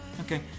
okay